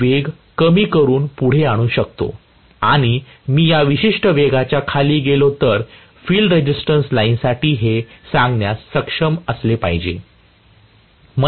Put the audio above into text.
मी वेग कमी करून पुढे आणू शकतो आणि मी या विशिष्ट वेगाच्या खाली गेलो तर या फील्ड रेझिस्टन्स लाइनसाठी हे सांगण्यास सक्षम असले पाहिजे